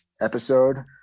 episode